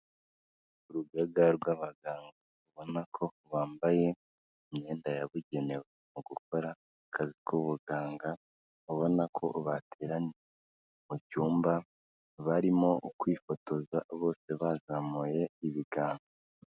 Urugaga rw'abaganga ubona ko bambaye imyenda yabugenewe mu gukora akazi k'ubuganga, ubona ko bateraniye mu cyumba barimo kwifotoza bose bazamuye ibiganza.